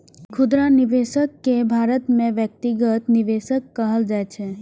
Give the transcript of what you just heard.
खुदरा निवेशक कें भारत मे व्यक्तिगत निवेशक कहल जाइ छै